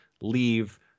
leave